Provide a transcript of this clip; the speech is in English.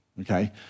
okay